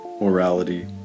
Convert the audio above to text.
morality